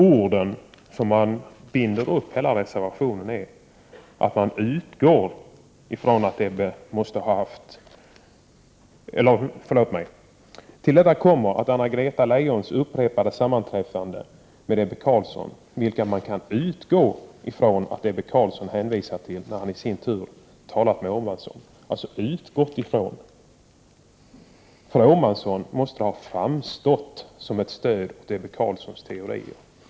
Orden som hela reservationen byggs upp kring är att ”till detta kommer Anna-Greta Leijons upprepade sammanträffanden med Ebbe Carlsson, vilka man kan utgå ifrån att Ebbe Carlsson hänvisat till när han i sin tur talat med Åhmansson”. Begreppet ”utgå ifrån” måste för Åhmansson ha framstått som ett stöd för Ebbe Carlssons teorier.